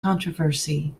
controversy